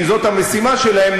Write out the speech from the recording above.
כי זאת המשימה שלהם,